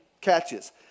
catches